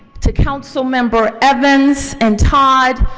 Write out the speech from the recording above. to councilmember evans and todd,